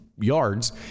yards